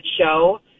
show